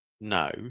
no